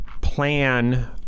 Plan